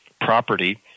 property